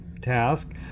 task